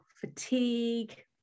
fatigue